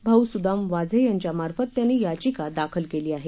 भाऊ सुदाम वाझे यांच्या मार्फत त्यांनी याचिका दाखल केली आहे